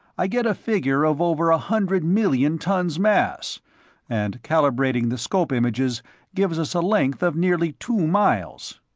i get a figure of over a hundred million tons mass and calibrating the scope images gives us a length of nearly two miles.